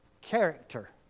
character